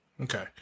Okay